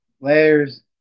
Layers